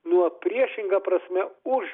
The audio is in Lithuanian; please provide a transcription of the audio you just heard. nuo priešinga prasme už